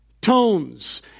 tones